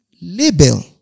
label